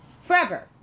forever